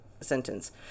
sentence